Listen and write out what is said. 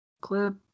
clip